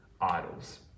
idols